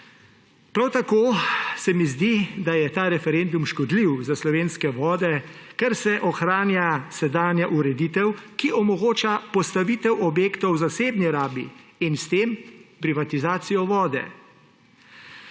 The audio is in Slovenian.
Prav tako se mi zdi, da je ta referendum škodljiv za slovenske vode, ker se ohranja sedanja ureditev, ki omogoča postavitev objektov v zasebni rabi in s tem privatizacijo vode.